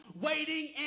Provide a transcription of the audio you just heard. waiting